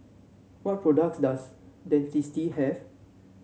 what products does Dentiste have